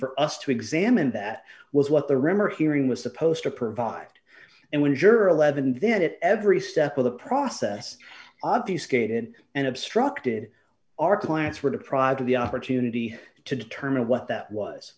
for us to examine that was what the room or hearing was supposed to provide and when juror eleven and then it every step of the process obvious katyn and obstructed our clients were deprived of the opportunity to determine what that was